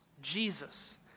Jesus